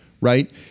right